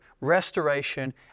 restoration